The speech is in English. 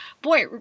Boy